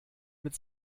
mit